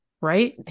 right